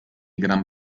gran